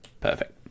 perfect